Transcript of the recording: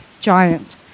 giant